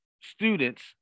students